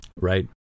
Right